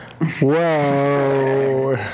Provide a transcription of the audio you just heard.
Whoa